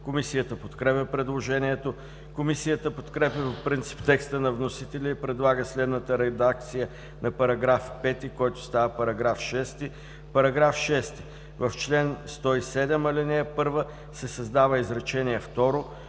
Комисията подкрепя предложението. Комисията подкрепя по принцип текста на вносителя и предлага следната редакция на § 5, който става § 6: „§ 6. В чл. 107, ал. 1 се създава изречение